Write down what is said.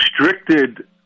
restricted